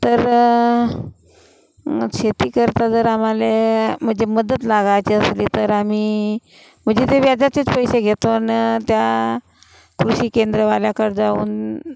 तर शेती करता जर आम्हाला म्हणजे मदत लागायचे असली तर आमी म्हणजे ते व्याजाचेच पैसे घेतो आणि त्या कृषीकेंद्रवाल्याकडं जाऊन